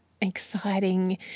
exciting